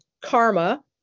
Karma